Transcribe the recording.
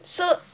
so